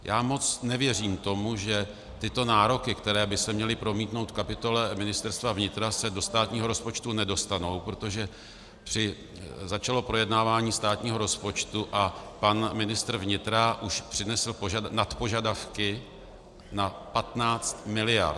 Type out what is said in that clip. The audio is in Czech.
Já moc nevěřím tomu, že tyto nároky, které by se měly promítnout v kapitole Ministerstva vnitra, se do státního rozpočtu nedostanou, protože začalo projednávání státního rozpočtu a pan ministr vnitra už přinesl nadpožadavky na 15 miliard.